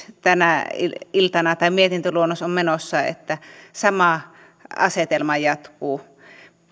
tänä iltana on menossa kun sama asetelma jatkuu